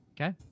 okay